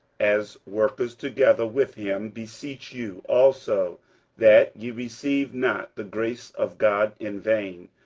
as workers together with him, beseech you also that ye receive not the grace of god in vain.